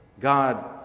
God